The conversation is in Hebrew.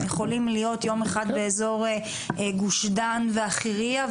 הם יכולים להיות יום אחד באזור גוש דן והחירייה,